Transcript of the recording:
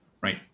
right